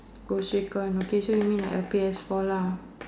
okay so you mean like a P_S four lah